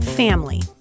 family